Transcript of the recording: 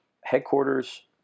headquarters